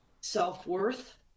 self-worth